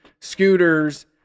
scooters